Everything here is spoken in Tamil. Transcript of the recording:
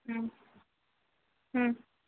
ம் ம்